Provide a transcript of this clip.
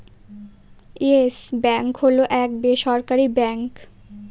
yes Bank হল এক বেসরকারি ব্যাঙ্ক